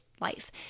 life